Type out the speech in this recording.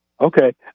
Okay